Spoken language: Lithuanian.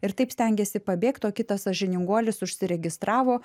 ir taip stengiasi pabėgt o kitas sąžininguolis užsiregistravo